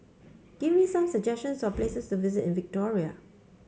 give me some suggestions for places to visit in Victoria